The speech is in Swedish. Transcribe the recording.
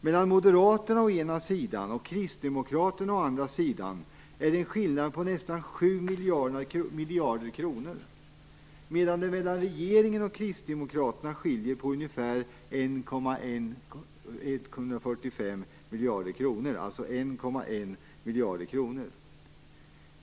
Mellan Moderaterna och Kristdemokraterna är skillnaden nästan 7 miljarder kronor. Mellan regeringen och Kristdemokraterna skiljer det 1,1 miljarder kronor.